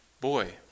Boy